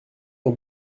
aux